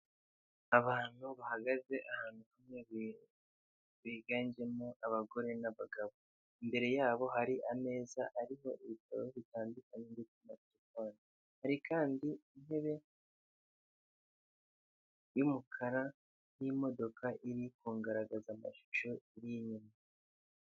Abantu bahagaze ahantu hirengeye biganjemo abagore n'abagabo, imbere yabo hari ameza ariho ibitabo bitandukanye ndetse na terefone, hari kandi intebe y'umukara n'imodoka iri kugaragaza amashusho iri inyuma.